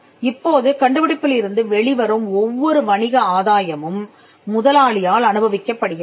இப்போது கண்டுபிடிப்பில் இருந்து வெளிவரும் ஒவ்வொரு வணிக ஆதாயமும் முதலாளியால் அனுபவிக்கப் படுகிறது